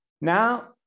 Now